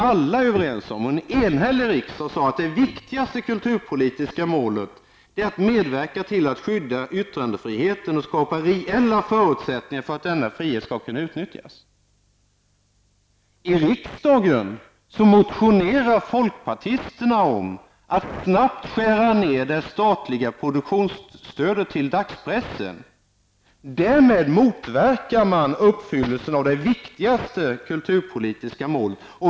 Alla är överens om och en enhällig riksdag har uttalat att det viktigaste kulturpolitiska målet är att medverka till att skydda yttrandefriheten och skapa reella förutsättningar för att denna frihet skall kunna utnyttjas. Folkpartisterna har motionerat om att snabbt skära ner de statliga produktionsstödet till dagspressen. Därmed motverkas uppfyllelsen av det viktigaste kulturpolitiska målet.